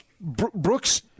Brooks